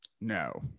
no